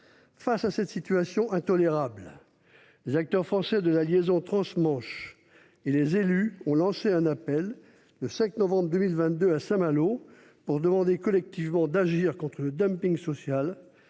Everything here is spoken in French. Face à cette situation intolérable, les acteurs français de la liaison transmanche et les élus ont lancé un appel, le 5 novembre 2022, à Saint-Malo, pour demander collectivement d'agir contre le dumping social.